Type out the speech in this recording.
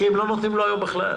הם לא נותנים לו בכלל.